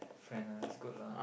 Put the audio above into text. friend lah that's good lah